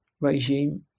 regime